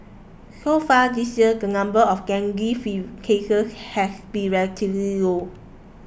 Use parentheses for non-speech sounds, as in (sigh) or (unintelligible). so far this year the number of dengue (unintelligible) cases has been relatively low